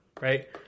right